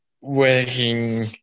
working